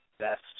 best